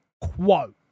quote